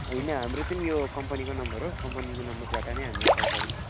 हैन हाम्रो चाहिँ यो कम्पनीको नम्बर हो कम्पनीको नम्बरबाट नै हामीले कल गरिन्छ